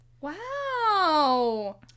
Wow